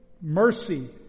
mercy